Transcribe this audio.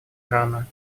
ирана